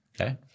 Okay